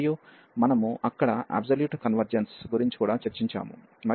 మరియు మనము అక్కడ అబ్సొల్యూట్ కన్వర్జెన్స్ గురించి కూడా చర్చించాము